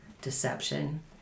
deception